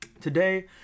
Today